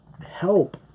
help